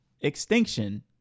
extinction